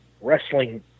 wrestling